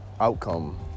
outcome